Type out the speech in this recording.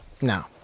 No